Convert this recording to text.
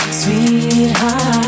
sweetheart